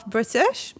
British